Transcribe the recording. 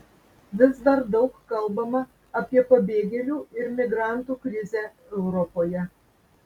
vis dar daug kalbama apie pabėgėlių ir migrantų krizę europoje